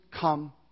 come